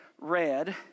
read